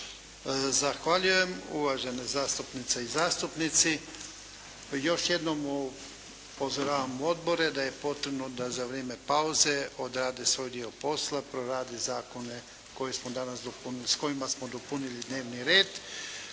Zahvaljujem. Uvažene zastupnice i zastupnici, još jednom upozoravam odbore da je potrebno da za vrijeme pauze odrade svoj dio posla, prorade zakone s kojima smo dopunili dnevni red.